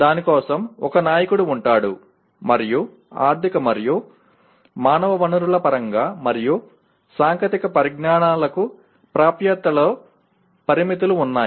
దాని కోసం ఒక నాయకుడు ఉంటాడు మరియు ఆర్థిక మరియు మానవ వనరుల పరంగా మరియు సాంకేతిక పరిజ్ఞానాలకు ప్రాప్యతలో పరిమితులు ఉన్నాయి